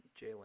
Jalen